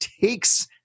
takes